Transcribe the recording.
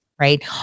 Right